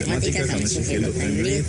כמות האחריות האדירה שיש לנו לקיום הדיון הזה,